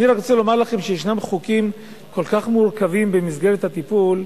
אני רק רוצה לומר לכם שיש חוקים כל כך מורכבים במסגרת התיקון,